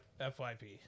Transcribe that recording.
FYP